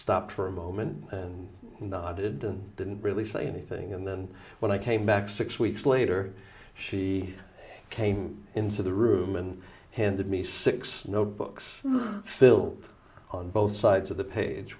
stopped for a moment and nodded and didn't really say anything and then when i came back six weeks later she came into the room and handed me six notebooks filled on both sides of the page